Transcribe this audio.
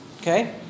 Okay